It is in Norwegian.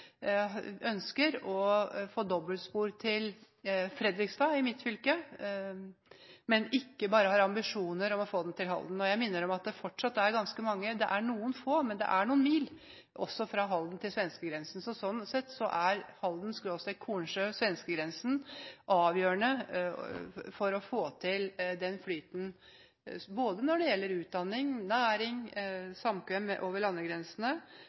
ønsker å få dobbeltspor til Fredrikstad, i mitt fylke, men ikke har ambisjoner om å få det til Halden. Jeg minner om at det fortsatt er noen – det er ganske mange – mil også fra Halden til svenskegrensen. Sånn sett er Halden–Kornsjø–svenskegrensen avgjørende for å få flyt, både når det gjelder utdanning, næring, samkvem over landegrensene,